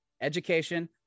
education